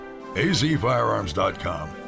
azfirearms.com